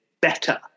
better